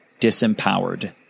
disempowered